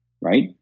right